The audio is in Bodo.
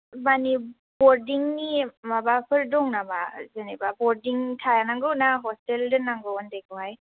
माने बर्डिंनि माबाफोर दं नामा जेनेबा बर्डिं थानांगौ ना हस्टेल दोननांगौ उन्दैखौहाय